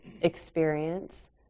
experience